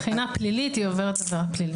מבחינה פלילית היא עוברת עבירה פלילית.